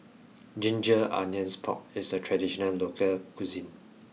ginger onions pork is a traditional local cuisine